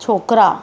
छोकिरा